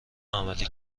عملی